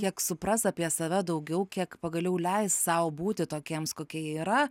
kiek supras apie save daugiau kiek pagaliau leis sau būti tokiems kokie jie yra